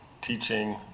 teaching